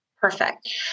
Perfect